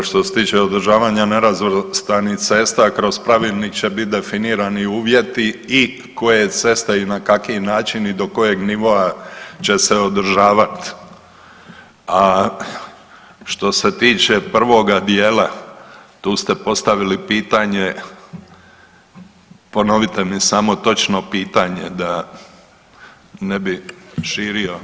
Pa što se tiče održavanja nerazvrstanih cesta, kroz pravilnik će biti definirani uvjeti i koje ceste i na kaki način i do kojeg nivoa će se održavati, a što se tiče prvoga dijela, tu ste postavili pitanje, ponovite mi samo točno pitanje da ne bi širio